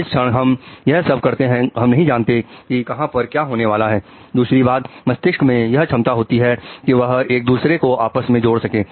जिस क्षण हम यह सब करते हैं हम नहीं जानते कि कहां पर क्या होने वाला है दूसरी बात मस्तिष्क में यह क्षमता होती है कि वह एक दूसरे को आपस में जोड़ सकें